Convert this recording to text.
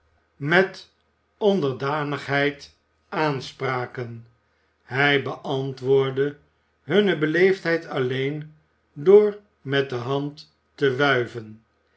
eene onderdanigheid aanspraken hij beantwoordde hunne beleefdheid alleen door met de hand te wuiven